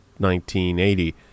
1980